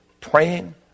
praying